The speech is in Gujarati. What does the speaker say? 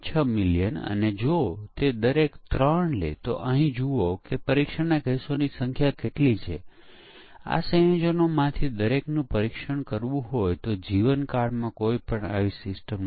અન્ય મૂળભૂત ખ્યાલ કે જે આપણે વિવિધ પરીક્ષણ વ્યૂહરચનાઓ અને પરીક્ષણ કેસની રચના જોતા પહેલા ચર્ચા કરીશું તે એક પરીક્ષણ યોજના છે પરીક્ષણ શરૂ થાય તે પહેલાં એક પરીક્ષણ યોજના બનાવવામાં આવે છે